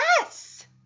yes